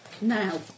Now